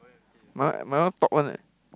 my my one top one eh